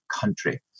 country